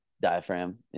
Diaphragm